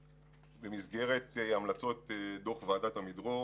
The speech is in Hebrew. במסגרת המלצות דוח ועדת עמידרור